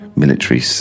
military